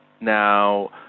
Now